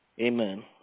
amen